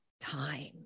time